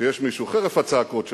שיש מישהו, חרף הצעקות שלכם,